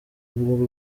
bw’u